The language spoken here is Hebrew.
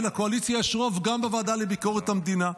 ולקואליציה יש רוב גם בוועדה לביקורת המדינה.